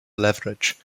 leverage